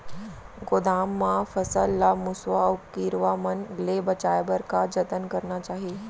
गोदाम मा फसल ला मुसवा अऊ कीरवा मन ले बचाये बर का जतन करना चाही?